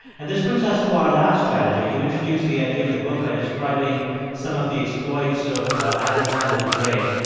and this brings us to our last strategy. you introduce the idea in the book by describing some of the exploits of alexander the great.